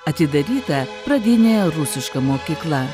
atidaryta pradinė rusiška mokykla